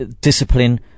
discipline